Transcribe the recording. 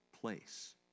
place